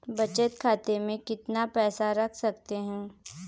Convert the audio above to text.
बचत खाते में कितना पैसा रख सकते हैं?